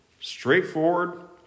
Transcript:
straightforward